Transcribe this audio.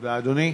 תודה, אדוני.